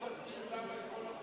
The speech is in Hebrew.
אתה יכול להסביר למה את כל החוקים